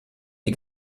die